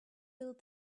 build